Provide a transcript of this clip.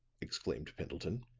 exclaimed pendleton.